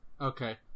Okay